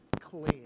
clean